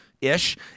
ish